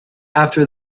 after